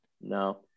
No